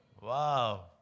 Wow